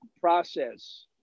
process